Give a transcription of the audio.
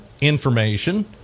information